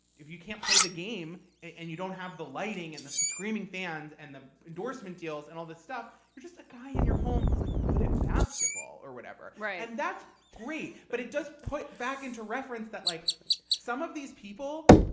if you can't play the game and you don't have the lighting and the screaming fans and the endorsement deals and all the stuff, you're just a guy in your home who is like good at basketball, or whatever. right. and that's great, but it just puts back into reference that like some of these people,